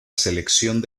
selección